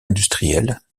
industriel